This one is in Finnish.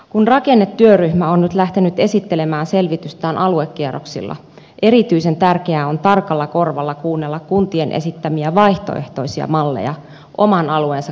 kun rakennetyöryhmä on nyt lähtenyt esittelemään selvitystään aluekierroksilla erityisen tärkeää on tarkalla korvalla kuunnella kuntien esittämiä vaihtoehtoisia malleja oman alueensa kehittämisessä